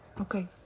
Okay